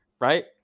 right